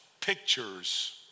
pictures